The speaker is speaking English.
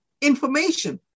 information